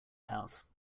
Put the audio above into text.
house